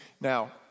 Now